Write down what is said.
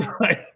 right